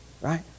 right